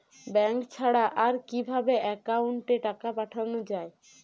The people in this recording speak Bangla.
ব্যাঙ্ক ছাড়া আর কিভাবে একাউন্টে টাকা পাঠানো য়ায়?